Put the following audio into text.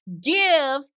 give